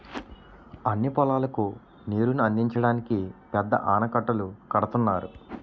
అన్ని పొలాలకు నీరుని అందించడానికి పెద్ద ఆనకట్టలు కడుతున్నారు